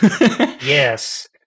yes